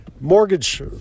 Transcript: Mortgage